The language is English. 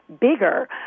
bigger